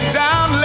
down